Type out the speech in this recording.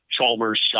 Chalmers